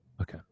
Okay